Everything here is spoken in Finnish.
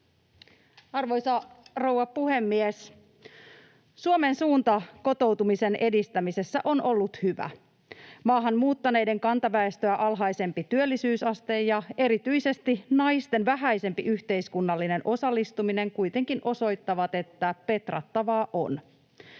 Arvoisa rouva puhemies! Suomen suunta kotoutumisen edistämisessä on ollut hyvä. Maahan muuttaneiden kantaväestöä alhaisempi työllisyysaste ja erityisesti naisten vähäisempi yhteiskunnallinen osallistuminen kuitenkin osoittavat, että petrattavaa on.